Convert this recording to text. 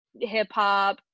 hip-hop